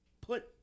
put